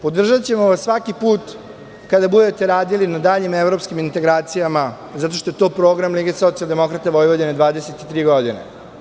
Podržaćemo vas svaki put kada budete radili na daljim evropskim integracijama, zato što je to program Lige socijaldemokrata Vojvodine 23 godine.